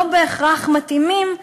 לא בהכרח מתאימים,